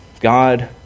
God